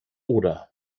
oder